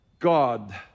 God